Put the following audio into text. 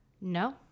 No